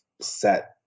set